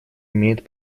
имеет